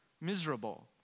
miserable